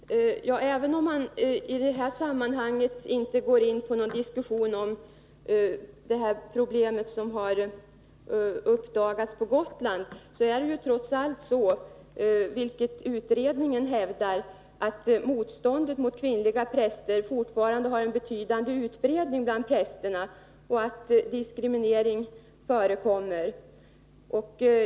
Fru talman! Även om man i det här sammanhanget inte går in på någon diskussion om det problem som har uppdagats på Gotland, är det trots allt så —- vilket också utredningen hävdar — att motståndet mot kvinnliga präster fortfarande har en betydande utbredning bland de manliga prästerna och att diskriminering förekommer.